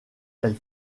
elle